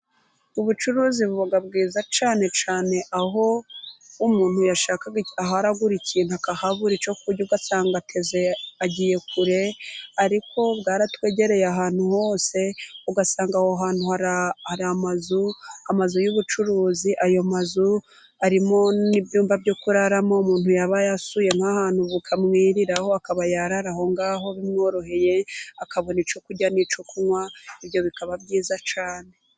Ubucuruzi buba bwiza cyane cyane aho umuntu yashakaga aho aragura ikintu akahabura icyo kurya ugasanga ateze agiye kure, ariko bwaratwegereye ahantu hose ugasanga aho hantu hari amazu, amazu y'ubucuruzi ayo mazu arimo n'ibyumba byo kuraramo umuntu yaba yasuye nk'ahantu bukamwiriraho akaba yarara aho ngaho bimworoheye akabona icyo kurya n'icyo kunywa ibyo bikaba byiza cyane.